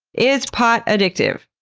is pot addictive?